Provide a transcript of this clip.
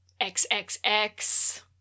XXX